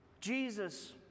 Jesus